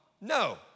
No